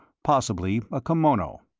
possibly a kimono.